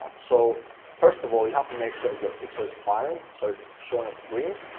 so, first of all you have to make sure that your pixel is firing, so it's showing up green,